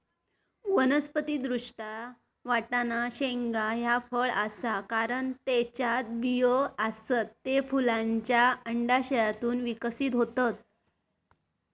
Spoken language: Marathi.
वनस्पति दृष्ट्या, वाटाणा शेंगा ह्या फळ आसा, कारण त्येच्यात बियो आसत, ते फुलांच्या अंडाशयातून विकसित होतत